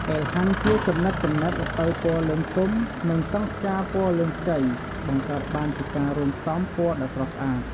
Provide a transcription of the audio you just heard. ពេលហាន់ជាចំណិតៗ ល្ពៅពណ៌លឿងទុំ និងសង់ខ្យាពណ៌លឿងខ្ចី បង្កើតបានជាការរួមផ្សំពណ៌ដ៏ស្រស់ស្អាត។